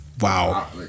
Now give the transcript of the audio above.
Wow